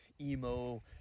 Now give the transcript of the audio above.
emo